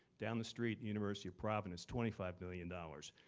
down the street, university of providence, twenty five million dollars.